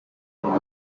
end